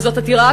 וזאת עתירה,